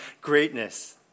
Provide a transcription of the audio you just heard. greatness